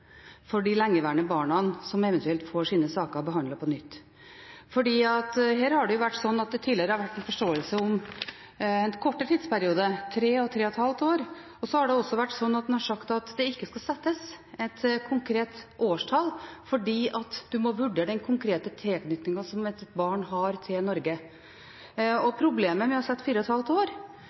for de lengeværende barna som eventuelt får sine saker behandlet på nytt. Her har det tidligere vært en forståelse om en kortere tidsperiode, tre og tre og et halvt år, og det har også vært slik at en har sagt at det ikke skal settes et konkret årstall, fordi en må vurdere den konkrete tilknytningen som et barn har til Norge. Problemet med å sette fire og et halvt år